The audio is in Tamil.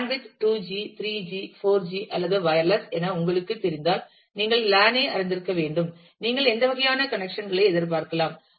band width 2 G 3 G 4 G அல்லது வயர்லெஸ் என உங்களுக்குத் தெரிந்தால் நீங்கள் LAN ஐ அறிந்திருக்க வேண்டும் நீங்கள் எந்த வகையான கனெக்சன் களை எதிர்பார்க்கலாம்